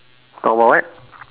talk about what